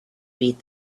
beat